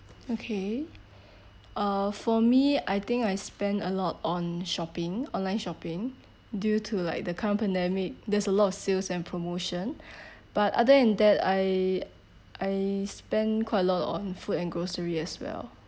okay uh for me I think I spend a lot on shopping online shopping due to like current pandemic there's a lot of sales and promotion but other than that I I spend quite a lot on food and groceries as well